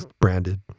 branded